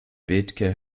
bethke